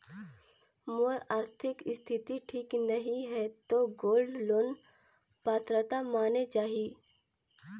मोर आरथिक स्थिति ठीक नहीं है तो गोल्ड लोन पात्रता माने जाहि?